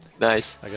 Nice